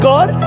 God